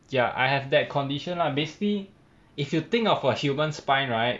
ya I have that condition lah basically if you think of a human spine right